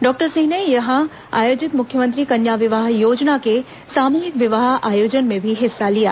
doctor Singh ने यहां आयोजित मुख्यमंत्री कन्या विवाह योजना के सामूहिक विवाह आयोजन में भी हिस्सा लिया